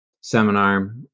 seminar